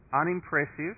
unimpressive